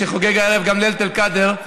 שחוגג הערב גם לילת אל-קאדר,